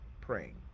praying